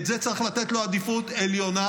לזה צריך לתת עדיפות עליונה,